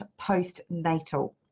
postnatal